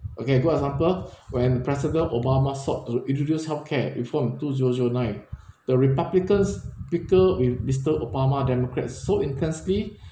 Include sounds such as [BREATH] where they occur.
okay good example when president obama sought uh introduce health care reform two zero zero nine [BREATH] the republicans bicker with mister obama democrats so intensely